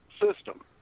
system